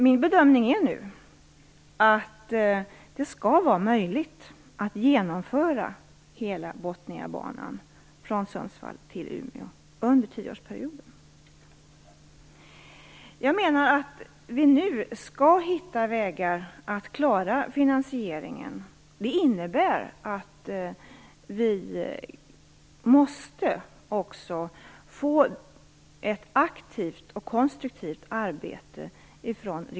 Min bedömning är nu att det skall vara möjligt att genomföra hela Botniabanan, från Sundsvall till Jag menar att vi nu skall hitta vägar att klara finansieringen. Det innebär att regionala företrädare också måste bidra med ett aktivt och konstruktivt arbete.